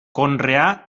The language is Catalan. conreà